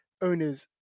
owners